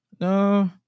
No